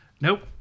Nope